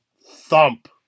Thump